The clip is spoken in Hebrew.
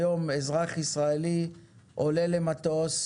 היום אזרח ישראלי עולה למטוס,